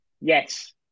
yes